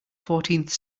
fourteenth